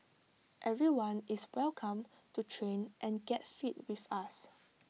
everyone is welcome to train and get fit with us